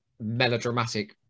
melodramatic